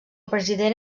president